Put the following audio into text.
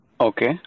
Okay